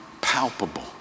palpable